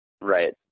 Right